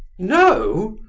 no?